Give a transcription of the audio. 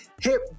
hip